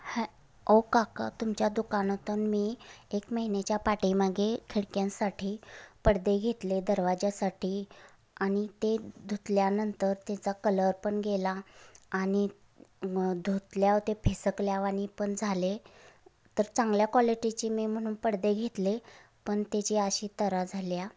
हॅ आहो काका तुमच्या दुकानातून मी एक महिन्याच्या पाठीमागे खिडक्यांसाठी पडदे घेतले दरवाज्यासाठी आणि ते धुतल्यानंतर तेचा कलर पण गेला आणि मग धुतल्यावर ते फिसकल्यावाणी पण झाले तर चांगल्या क्वालिटीची मी म्हणून पडदे घेतले पण तेची अशी तऱ्हा झाल्या